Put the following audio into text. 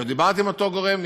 לא דיברתי עם אותו גורם,